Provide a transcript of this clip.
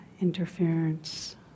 interference